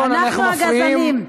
אנחנו הגזענים.